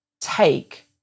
take